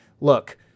look